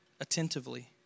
attentively